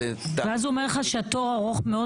ואז הוא אומר לך שהתור ארוך מאוד.